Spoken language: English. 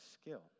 skill